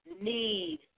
need